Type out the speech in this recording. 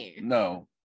no